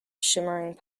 shimmering